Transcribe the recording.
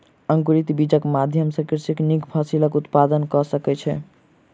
अंकुरित बीजक माध्यम सॅ कृषक नीक फसिलक उत्पादन कय सकै छै